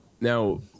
now